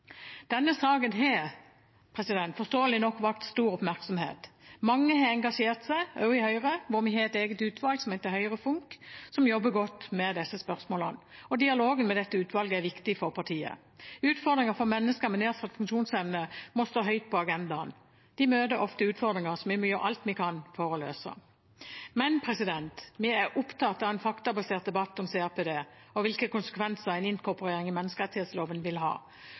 Denne saken har forståelig nok vakt stor oppmerksomhet. Mange har engasjert seg, også i Høyre, hvor vi har et eget utvalg som heter HøyreFUNK, som jobber godt med disse spørsmålene. Dialogen med dette utvalget er viktig for partiet. Utfordringer for mennesker med nedsatt funksjonsevne må stå høyt på agendaen. De møter ofte utfordringer vi må gjøre alt vi kan for å løse. Vi er opptatt av en faktabasert debatt om CRPD og hvilke konsekvenser en inkorporering i menneskerettighetsloven vil ha.